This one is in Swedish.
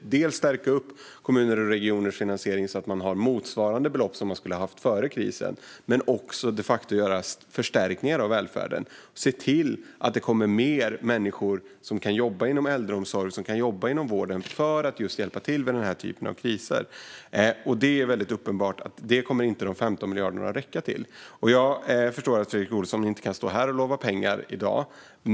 Vi måste stärka kommuners och regioners finansiering så att de har motsvarande belopp som de skulle ha haft före krisen. Vi måste också göra förstärkningar av välfärden och se till att fler människor kan jobba inom äldreomsorgen och inom vården för att just hjälpa till vid denna typ av kriser. Det är mycket uppenbart att de 15 miljarder kronorna inte kommer att räcka till det. Jag förstår att Fredrik Olovsson inte kan stå här i dag och lova några pengar.